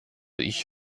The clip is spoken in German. ich